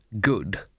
good